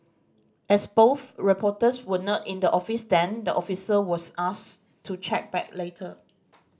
as both reporters were not in the office then the officer was asked to check back later